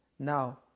Now